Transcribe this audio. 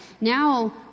Now